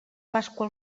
pasqua